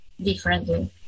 differently